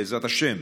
בעזרת השם,